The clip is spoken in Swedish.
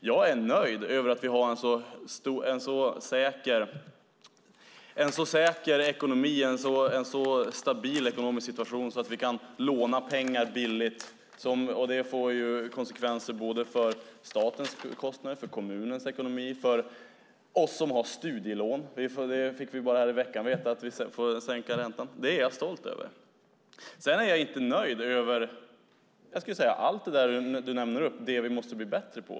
Jag är nöjd med att vi har en så säker ekonomi, en så stabil ekonomisk situation att vi kan låna pengar billigt. Det får ju konsekvenser för statens kostnader, för kommunernas ekonomi och för oss som har studielån. Vi fick i veckan veta att vi får sänkt ränta. Det är jag stolt över. Sedan är jag inte nöjd med allt det du räknar upp, det vi måste bli bättre på.